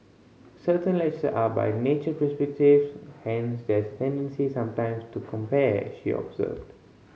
certain lecture are by nature prescriptive hence there's a tendency sometime to compare she observed